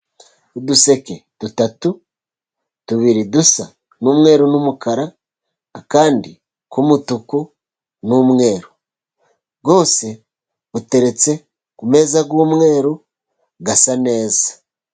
Uduseke dutatu, tubiri dusa n'umweru n'umukara, akandi k'umutuku n'umweru. Bwose buteretse ku meza y'umweru asa neza.